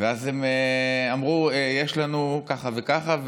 ואז הם אמרו: יש לנו ככה וככה,